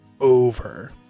over